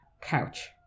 couch